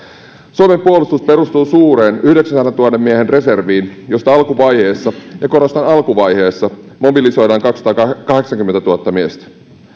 suomen puolustus perustuu suureen yhdeksänsadantuhannen miehen reserviin josta alkuvaiheessa ja korostan alkuvaiheessa mobilisoidaan kaksisataakahdeksankymmentätuhatta miestä